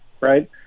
right